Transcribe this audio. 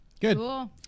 Good